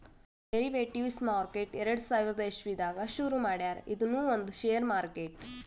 derivatives market ಎರಡ ಸಾವಿರದ್ ಇಸವಿದಾಗ್ ಶುರು ಮಾಡ್ಯಾರ್ ಇದೂನು ಒಂದ್ ಷೇರ್ ಮಾರ್ಕೆಟ್